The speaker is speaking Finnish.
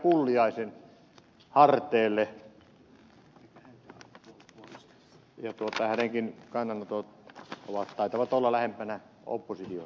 pulliaisen harteille ja hänenkin kannanottonsa taitavat olla lähempänä opposition näkemyksiä